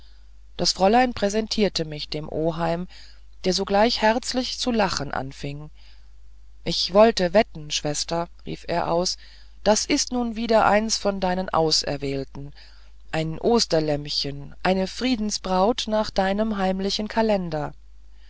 das fräulein präsentierte mich dem oheim der sogleich herzlich zu lachen anfing ich wollte wetten schwester rief er aus das ist nun wieder eins von deinen auserwählten ein osterlämmchen eine friedensbraut nach deinem heimlichen kalender